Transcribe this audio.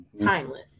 Timeless